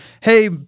hey